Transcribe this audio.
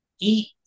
eat